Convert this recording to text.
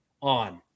on